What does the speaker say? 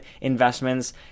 investments